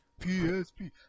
PSP